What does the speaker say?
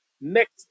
next